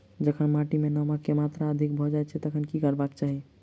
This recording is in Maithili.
जखन माटि मे नमक कऽ मात्रा अधिक भऽ जाय तऽ की करबाक चाहि?